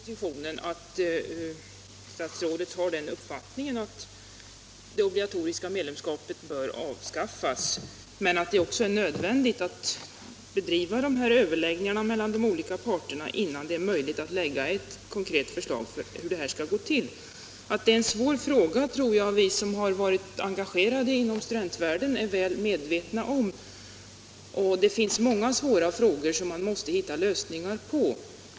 Herr talman! Det sägs klart ifrån i propositionen att statsrådet har den uppfattningen att det obligatoriska medlemskapet bör avskaffas, men att det också är nödvändigt att bedriva överläggningar mellan de olika parterna innan det är möjligt att lägga fram ett konkret förslag om hur avskaffandet skall gå till. Att det är en svår fråga tror jag att vi som har varit engagerade inom studentvärlden är väl medvetna om. Det finns många problem som man måste hitta lösningar på.